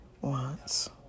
wants